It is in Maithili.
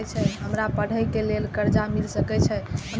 हमरा पढ़े के लेल कर्जा मिल सके छे?